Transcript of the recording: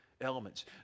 elements